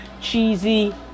cheesy